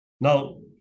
Now